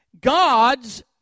God's